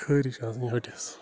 خٲرِش چھِ آسان ۂٹِس